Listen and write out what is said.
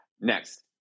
next